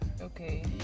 Okay